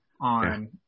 on